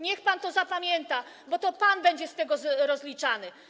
Niech pan to zapamięta, bo to pan będzie z tego rozliczany.